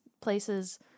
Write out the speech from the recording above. places